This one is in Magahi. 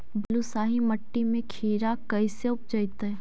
बालुसाहि मट्टी में खिरा कैसे उपजतै?